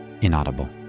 Inaudible